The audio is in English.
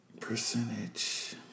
percentage